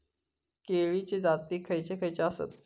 केळीचे जाती खयचे खयचे आसत?